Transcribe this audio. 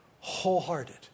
wholehearted